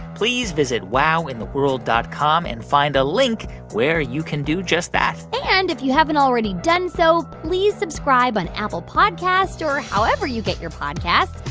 please visit wowintheworld dot com and find a link where you can do just that and if you haven't already done so, please subscribe on apple podcasts or however you get your podcasts.